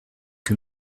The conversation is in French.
que